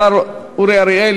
השר אורי אריאל,